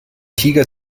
tiger